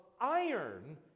iron